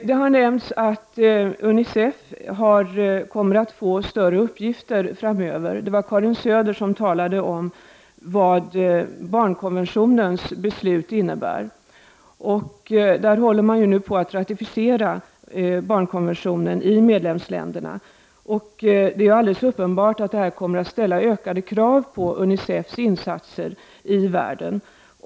Det har nämnts att UNICEF framöver kommer att få större uppgifter. Det var Karin Söder som talade om vad barnkonventionens beslut innebär. Man håller nu på att ratificera barnkonventionen i medlemsländerna. Det är alldeles uppenbart att detta kommer att ställa ökade krav på UNICEFs insatser i världen.